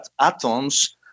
atoms